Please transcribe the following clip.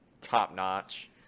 top-notch